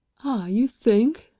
ah, you think?